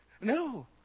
No